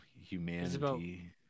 Humanity